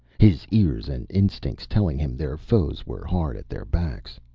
his ears and instincts telling him their foes were hard at their backs.